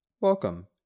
Welcome